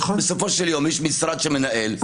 בסופו של יום יש משרד שמנהל,